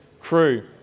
crew